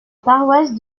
paroisse